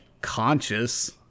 conscious